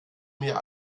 mir